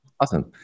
Awesome